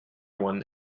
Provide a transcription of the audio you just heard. one